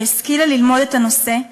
שהשכילה ללמוד את הנושא,